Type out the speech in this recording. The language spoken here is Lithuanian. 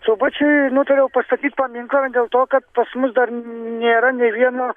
subačiuj nutariau pastatyt paminklą dėl to kad pas mus dar nėra nė vieno